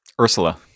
Ursula